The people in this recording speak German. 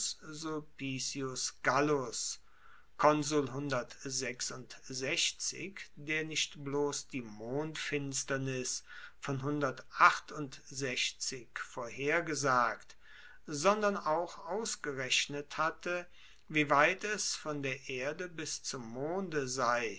sulpicius gallus der nicht bloss die mondfinsternis von vorhergesagt sondern auch ausgerechnet hatte wie weit es von der erde bis zum monde sei